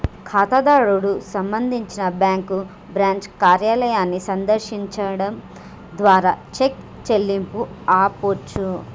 ఖాతాదారుడు సంబంధించి bank branch కార్యాలయాన్ని సందర్శించడం ద్వారా చెక్ చెల్లింపును ఆపొచ్చు